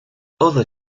other